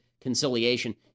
conciliation